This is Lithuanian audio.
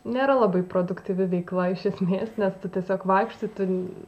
nėra labai produktyvi veikla iš esmės nes tu tiesiog vaikštai tu